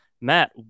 Matt